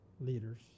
leaders